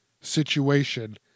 situation